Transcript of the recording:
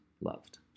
loved